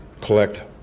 collect